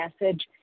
message